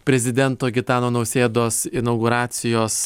prezidento gitano nausėdos inauguracijos